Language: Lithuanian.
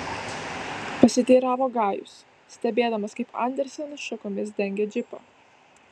pasiteiravo gajus stebėdamas kaip andersenas šakomis dengia džipą